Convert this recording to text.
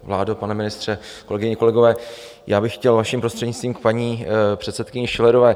Vládo, pane ministře, kolegyně a kolegové, já bych chtěl vaším prostřednictvím k paní předsedkyni Schillerové.